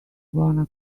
gonna